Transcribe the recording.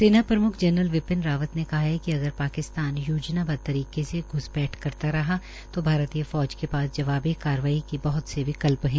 सेना फौज प्रमुख जरनल विपिन रावत ने कहा है कि अगर पाकिस्तान योजनाबद्व तरीके से घुसपैठ करता रहा तो भारतीय फौज के पास जवाबी कार्यवाही के बहत से विकल्प है